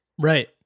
Right